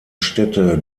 städte